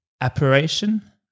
apparition